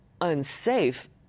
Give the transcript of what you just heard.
unsafe